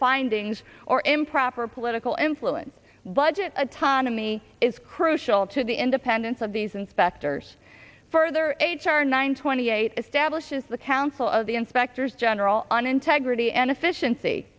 findings or improper political influence budget autonomy is crucial to the independence of these inspectors further h r nine twenty eight establishes the council of the inspectors general on integrity and efficiency